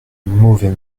mauvais